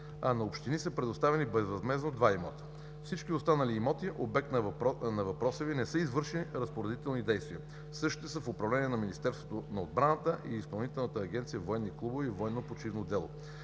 а на общини са предоставени безвъзмездно два имота. Всички останали имоти, обект на въпроса Ви, не са извършени разпоредителни действия. Същите са в управление на Министерството на отбраната и Изпълнителна агенция „Военни клубове и военно-почивно дело“.